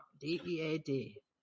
D-E-A-D